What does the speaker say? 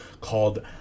called